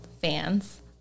fans